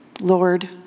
Lord